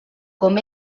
com